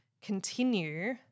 continue